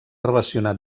relacionar